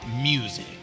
Music